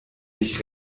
mich